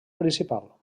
principal